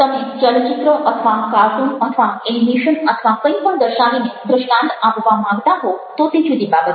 તમે ચલચિત્ર અથવા કાર્ટૂન અથવા એનિમેશન અથવા કંઈ પણ દર્શાવીને દ્રષ્ટાન્ત આપવા માંગતા હો તો તે જુદી બાબત છે